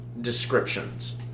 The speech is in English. descriptions